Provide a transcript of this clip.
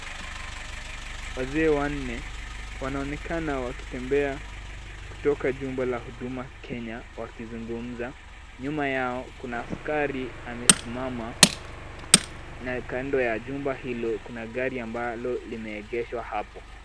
Waziri wanne wanaonekana wakitembea kutoka jumba la huduma Kenya wakizungumza. Nyuma yao kuna askari amesimama na kando ya jumba hilo kuna gari ambalo limeegeshwa hapo.